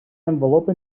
envelope